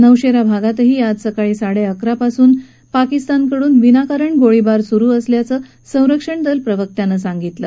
नौशप्त भागातही आज सकाळी साडखिकारापासून पाकिस्तानकडून विनाकारण गोळीबार सुरु असल्याचं संरक्षण दल प्रवक्त्यानं सांगितलं